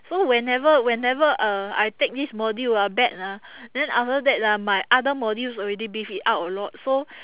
so whenever whenever uh I take this module ah bad ah then after that ah my other modules already beef it out a lot so